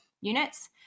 units